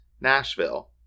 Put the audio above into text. Nashville